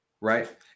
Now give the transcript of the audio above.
right